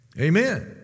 Amen